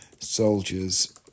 soldiers